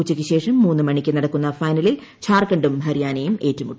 ഉച്ചയ്ക്കുശേഷം മൂന്ന് മണിക്ക് നടക്കുന്ന ഫൈനലിൽ ജാർഖണ്ഡും ഹരിയാനയും ഏറ്റുമുട്ടും